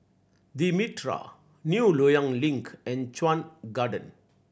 The Mitraa New Loyang Link and Chuan Garden